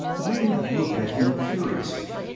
ringg looked at him curiously.